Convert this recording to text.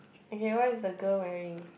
okay what is the girl wearing